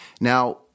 Now